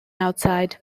outside